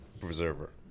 preserver